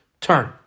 turn